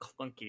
clunky